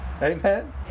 Amen